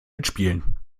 mitspielen